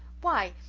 why,